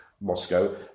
Moscow